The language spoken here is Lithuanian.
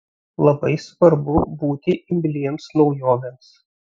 labai svarbu būti imliems naujovėms